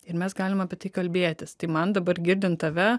ir mes galim apie tai kalbėtis tai man dabar girdint tave